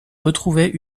retrouvait